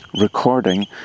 recording